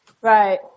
Right